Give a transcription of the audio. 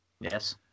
Yes